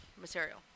material